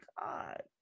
God